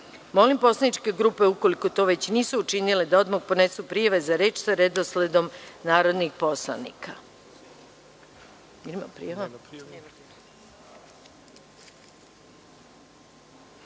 poslaničke grupe, ukoliko to već nisu učinile, da odmah podnesu prijave za reč sa redosledom narodnih poslanika